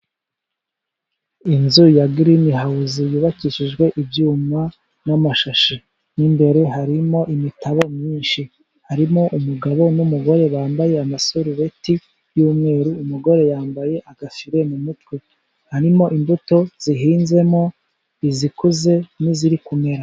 Inzu ya girini hawuzi yubakishijwe ibyuma n'amashashi. Mo imbere harimo imitabo myinshi. Harimo umugabo n'umugore bambaye amasarubeti y'umweru. Umugore yambaye agashashi mu mutwe. Harimo imbuto zihinzemo izikuze, n'iziri kumera.